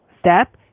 step